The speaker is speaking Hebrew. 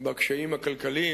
בקשיים הכלכליים,